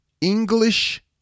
English